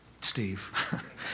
Steve